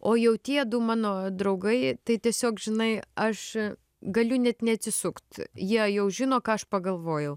o jau tie du mano draugai tai tiesiog žinai aš galiu net neatsisukt jie jau žino ką aš pagalvojau